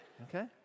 Okay